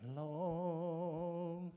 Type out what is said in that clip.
long